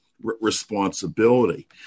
responsibility